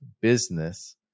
business